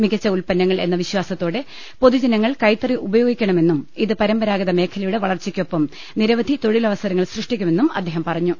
മികച്ച ഉൽപ്പ ന്നങ്ങൾ എന്ന വിശ്വാസത്തോടെ പൊതുജനങ്ങൾ കൈത്തറി ഉപയോ ഗിക്കണമെന്നും ഇത് പരമ്പരാഗത മേഖലയുടെ വളർച്ചയ്ക്കൊപ്പം നിര വധി തൊഴിലവസരങ്ങൾ സൃഷ്ടിക്കുമെന്നും അദ്ദേഹം പറഞ്ഞു